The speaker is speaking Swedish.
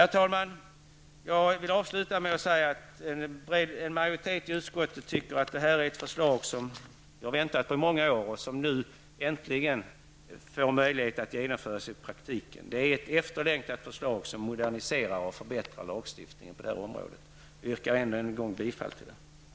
Herr talman! Jag vill avsluta med att säga att en majoritet i utskottet tycker att propositionen innehåller förslag som vi har väntat på i många år och som nu äntligen får möjlighet att genomföras i praktiken. Det är ett efterlängtat förslag som moderniserar och förbättrar lagstiftningen på området. Jag yrkar än en gång bifall till utskottets hemställan.